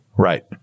Right